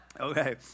Okay